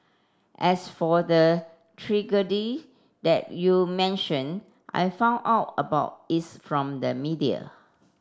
as for the that you mentioned I found out about it's from the media